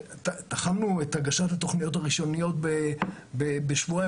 תחמנו את הגשת התוכניות הראשוניות בשבועיים,